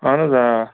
اَہن حظ آ